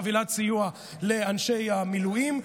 חבילת סיוע לאנשי המילואים.